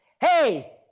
Hey